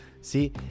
See